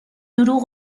دروغ